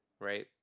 Right